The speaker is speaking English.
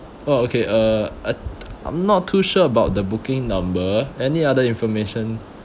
oh okay uh uh I'm not too sure about the booking number any other information